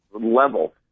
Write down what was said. level